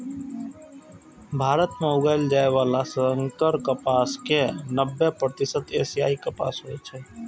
भारत मे उगाएल जाइ बला संकर कपास के नब्बे प्रतिशत एशियाई कपास होइ छै